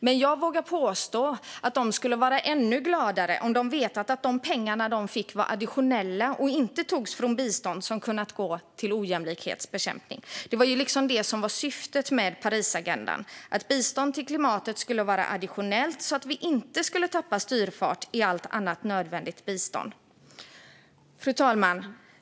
Men jag vågar påstå att de skulle vara ännu gladare om de vetat att de pengar som de får var additionella och inte tas från bistånd som skulle kunna gå till ojämlikhetsbekämpning. Det var det som var syftet med Parisagendan, att bistånd till klimatet skulle vara additionellt så att vi inte skulle tappa styrfart i allt annat nödvändigt bistånd. Fru talman!